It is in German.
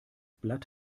blatt